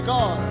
God